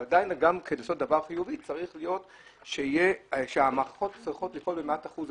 אבל עדיין גם כדי לעשות דבר חיובי המערכות צריכות לפעול במאה אחוז.